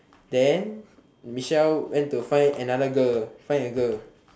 then Michelle went to find another girl find a girl